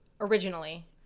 originally